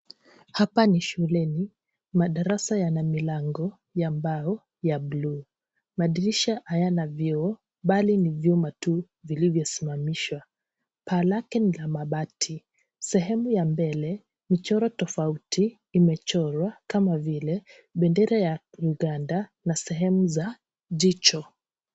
Hapa ni shuleni. Madarasa yana milango ya mbao ya bluu. Madirisha hayana vioo bali ni vyuma tu vilivyosimamisha. Paa lake ni mabati. Sehemu ya mbele michoro tofauti imechorwa kama vile bendera ya Uganda na sehemu za jicho.